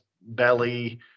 belly